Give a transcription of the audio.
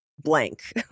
blank